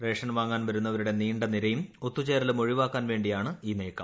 ration വാങ്ങാൻ വരുന്നവരുടെ നീണ്ട നിരയും ഒത്തുചേരലും ഒഴിവാക്കാൻ വേണ്ടിയാണ് ഈ നീക്കം